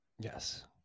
yes